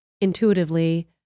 intuitively